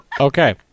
Okay